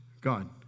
God